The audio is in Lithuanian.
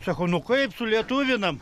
sako nu kaip sulietuvinam